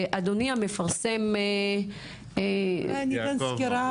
אדוני המפרסם, יעקב מור.